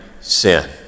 sin